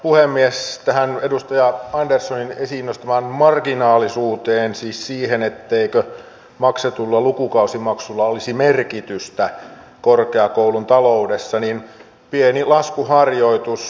tähän edustaja anderssonin esiin nostamaan marginaalisuuteen siis siihen etteikö maksetulla lukukausimaksulla olisi merkitystä korkeakoulun taloudessa pieni laskuharjoitus